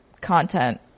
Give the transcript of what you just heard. content